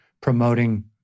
promoting